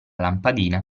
lampadina